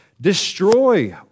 Destroy